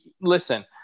Listen